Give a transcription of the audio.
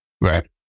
right